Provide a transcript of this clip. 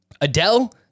Adele